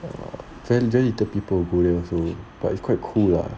err very very little people go there also but it's quite cool lah